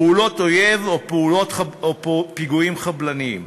פעולות אויב או פיגועים חבלניים.